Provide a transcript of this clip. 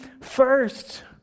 first